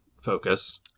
focus